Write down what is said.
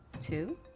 Two